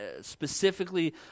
specifically